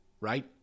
right